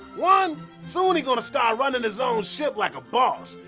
one. soon he gonna start runnin his own ship like a boss,